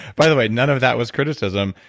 by the way, none of that was criticism.